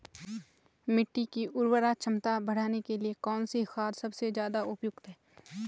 मिट्टी की उर्वरा क्षमता बढ़ाने के लिए कौन सी खाद सबसे ज़्यादा उपयुक्त है?